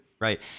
Right